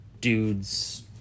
dude's